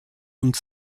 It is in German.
und